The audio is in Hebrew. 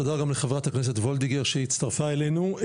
תודה גם לחברת הכנסת וולדיגר שהצטרפה אלינו.